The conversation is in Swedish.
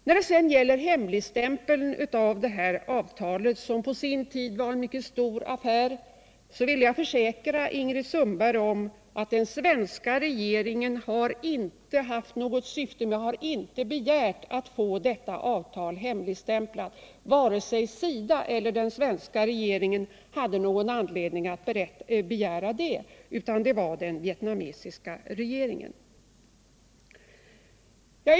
När det sedan gäller hemligstämplingen av avtalet, som på sin tid var en mycket stor affär, vill jag försäkra Ingrid Sundberg att den svenska regeringen inte begärde att få avtalet hemligstämplat — vare sig SIDA eller regeringen hade någon anledning till det. Det var den vietnamesiska regeringen som begärde detta.